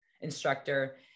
instructor